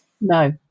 no